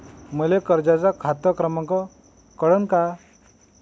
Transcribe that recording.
मले कर्जाचा खात क्रमांक कळन का?